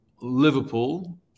Liverpool